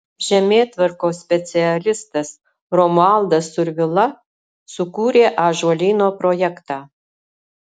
žemėtvarkos specialistas romualdas survila sukūrė ąžuolyno projektą